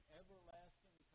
everlasting